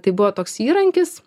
tai buvo toks įrankis